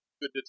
Good